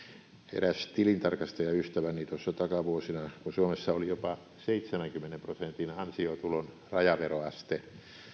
eräs tilintarkastajaystäväni tuossa takavuosina kun suomessa oli jopa seitsemänkymmenen prosentin ansiotulon rajaveroaste